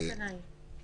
הייתה חשיבה בנושא הזה?